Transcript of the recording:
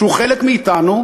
שהוא חלק מאתנו,